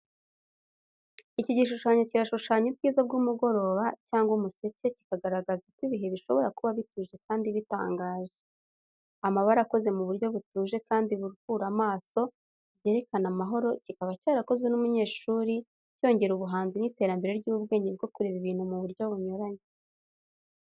Iki gishushsnyo kirashushanya ubwiza bw’umugoroba cyangwa umuseke, kikagaragaza uko ibihe bishobora kuba bituje kandi bitangaje. Amabara akoze mu buryo butuje kandi buruhura amaso byerekana amahoro kikaba cyarakozwe n'umunyeshuri cyongera ubuhanzi n’iterambere ry’ubwenge bwo kureba ibintu mu buryo bunyuranye.